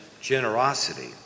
generosity